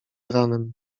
ranem